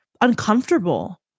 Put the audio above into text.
uncomfortable